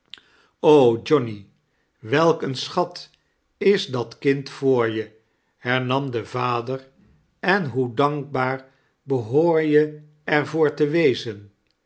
johnny welk een schat is dat kind voor je hernam de vader en hoe dankbaar behoor je er voor te wezen